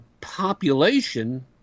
population